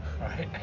right